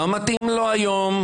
שלא מתאים לו היום,